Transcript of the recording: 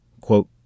Quote